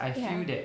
ya